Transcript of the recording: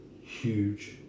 huge